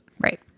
Right